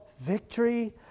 victory